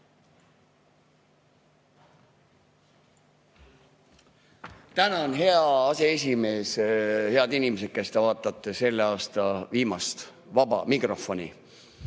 Tänan, hea aseesimees! Head inimesed, kes te vaatate selle aasta viimast vaba mikrofoni!